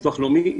וביטוח לאומי.